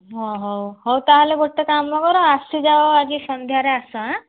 ହଁ ହଉ ହଉ ତା'ହେଲେ ଗୋଟେ କାମ କର ଆସିଯାଅ ଆଜି ସନ୍ଧ୍ୟାରେ ଆସ